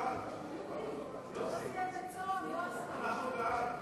חבר הכנסת איציק שמולי, מוותר.